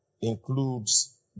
includes